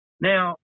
Now